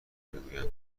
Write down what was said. میگویند